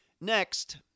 Next